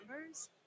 numbers